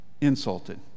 Insulted